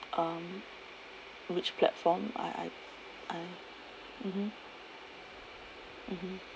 um which platform I I I mmhmm mmhmm